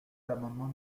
l’amendement